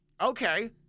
okay